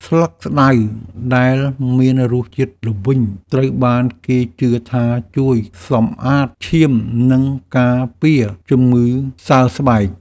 ស្លឹកស្តៅដែលមានរសជាតិល្វីង ត្រូវបានគេជឿថាជួយសម្អាតឈាម និងការពារជំងឺសើស្បែក។